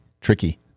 Tricky